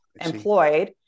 employed